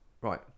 right